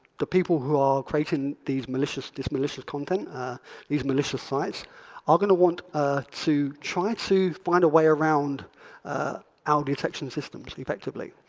the people who are creating these malicious these malicious content these malicious sites are going to want to try to find a way around our detection systems effectively.